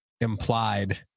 implied